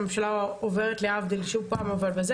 שהממשלה עוברת בזה,